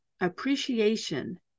appreciation